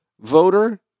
voter